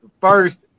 first